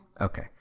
Okay